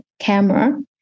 camera